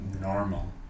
normal